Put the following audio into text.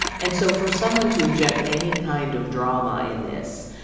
and so for someone to inject any kind of drama in this.